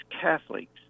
Catholics